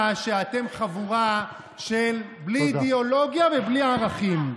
שאתם חבורה בלי אידיאולוגיה ובלי ערכים.